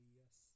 yes